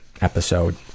episode